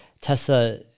Tesla